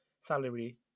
salary